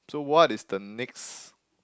so what is the next